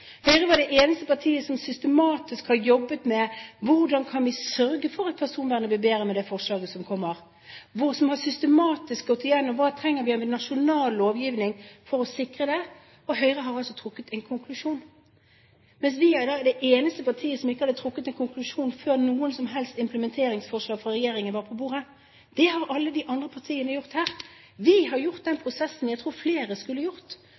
Høyre er det eneste partiet som systematisk har jobbet med hvordan vi kan sørge for at personvernet blir bedre med det forslaget som kommer, og som systematisk har gått gjennom hva vi trenger av nasjonal lovgivning for å sikre det. Høyre har altså trukket en konklusjon. Vi er det eneste partiet som ikke hadde trukket en konklusjon før noen som helst implementeringsforslag fra regjeringen var på bordet. Det har alle de andre partiene gjort her. Vi har gjort den prosessen som jeg tror flere skulle ha gjort,